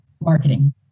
marketing